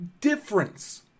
difference